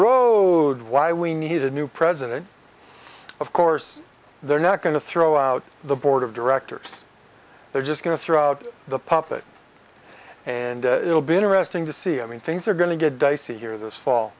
road why we need a new president of course they're not going to throw out the board of directors they're just going to throw out the puppet and it'll be interesting to see i mean things are going to get dicey here this fall